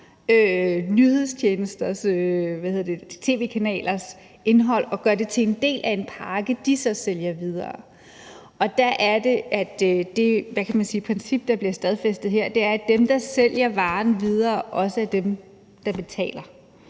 hen tager andre tv-kanalers indhold og gør det til en del af en pakke, de så sælger videre. Og der er – hvad kan man sige – det princip, der bliver stadfæstet her, at dem, der sælger varen videre, også er dem, der betaler,